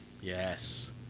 Yes